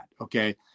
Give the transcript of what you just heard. okay